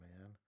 Man